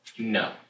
No